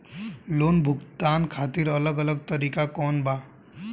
Loan भुगतान खातिर अलग अलग तरीका कौन बा?